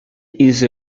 ease